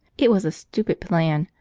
it was a stupid plan,